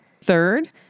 Third